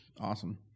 Awesome